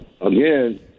again